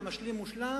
ומשלים-מושלם,